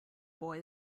boy